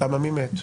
למה מי מת?